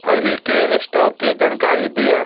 अहिके स्टॉकके जानकारी दिअ